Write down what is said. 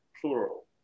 plural